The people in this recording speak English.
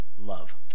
Love